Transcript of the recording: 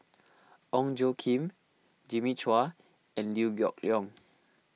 Ong Tjoe Kim Jimmy Chua and Liew Geok Leong